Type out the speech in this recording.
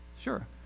sure